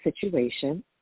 situation